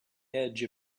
edge